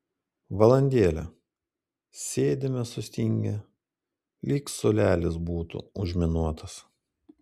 valandėlę sėdime sustingę lyg suolelis būtų užminuotas